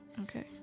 Okay